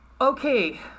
Okay